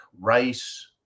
rice